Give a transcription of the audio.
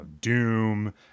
doom